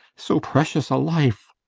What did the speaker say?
so precious a life!